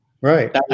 Right